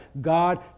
God